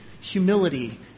humility